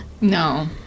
No